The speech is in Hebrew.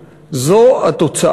זו לא טעות, זו מדיניות.